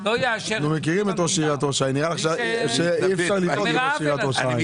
לא יאשר את תקציב המדינה בלי שייגמר העוול הזה.